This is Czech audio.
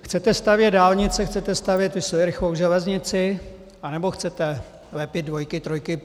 Chcete stavět dálnice, chcete stavět rychlou železnici, anebo chcete lepit dvojky, trojky?